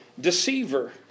deceiver